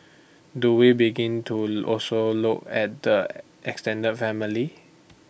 do we begin to also look at the extended family